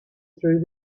through